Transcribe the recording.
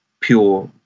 pure